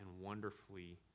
wonderfully